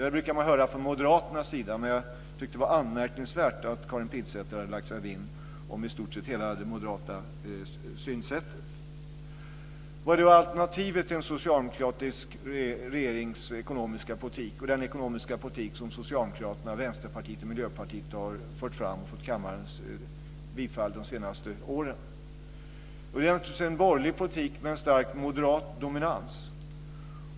Det brukar man höra från Moderaterna, och jag tyckte att det var anmärkningsvärt att Karin Pilsäter hade lagt sig till med i stort sett hela det moderata synsättet. Vad är då alternativet till den socialdemokratiska regeringens ekonomiska politik och den ekonomiska politik som Socialdemokraterna, Vänsterpartiet och Miljöpartiet har fört fram och fått kammarens bifall till de senaste åren? Jo, det är en borgerlig politik med en stark moderat dominans.